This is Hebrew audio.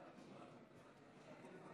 אני קובע